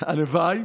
הלוואי.